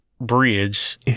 bridge